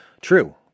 true